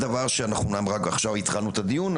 אמנם אנחנו רק עכשיו התחלנו את הדיון,